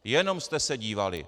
Jenom jste se dívali.